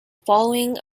following